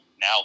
now